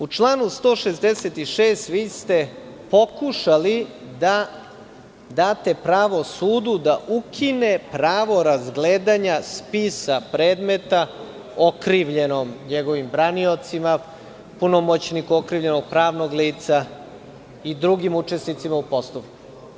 U članu 166. vi ste pokušali da date pravo sudu da ukine pravo razgledanja spisa predmeta okrivljenom, njegovim braniocima, punomoćniku okrivljenog pravnog lica i drugim učesnicima u postupku.